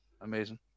amazing